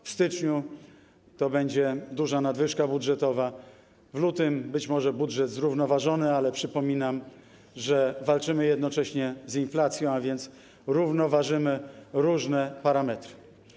W styczniu to będzie duża nadwyżka budżetowa, w lutym być może budżet będzie zrównoważony, ale przypominam, że walczymy jednocześnie z inflacją, a więc równoważymy różne parametry.